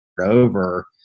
over